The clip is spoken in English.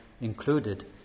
included